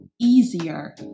easier